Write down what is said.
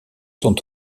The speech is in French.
sont